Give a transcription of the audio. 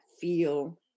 feel